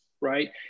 right